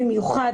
במיוחד,